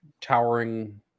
Towering